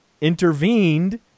intervened